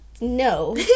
No